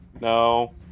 No